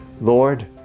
Lord